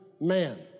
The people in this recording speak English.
man